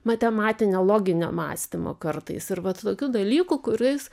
matematinio loginio mąstymo kartais ir vat tokių dalykų kuriais